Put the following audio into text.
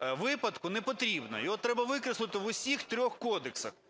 випадку…" не потрібно, його треба викреслити в усіх трьох кодексах.